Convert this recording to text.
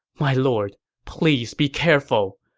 my lord, please be careful!